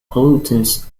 pollutants